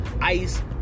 ice